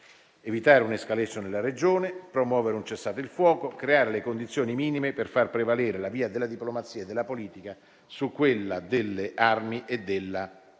evitare un'*escalation* nella Regione; promuovere un cessate il fuoco; creare le condizioni minime per far prevalere la via della diplomazia e della politica su quella delle armi e della